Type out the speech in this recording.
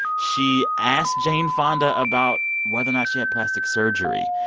she asked jane fonda about whether or not she had plastic surgery.